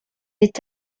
est